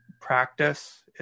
practice